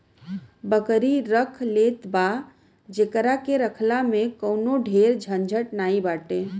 बकरी रख लेत बा जेकरा के रखला में कवनो ढेर झंझट नाइ बाटे